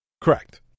Correct